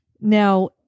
now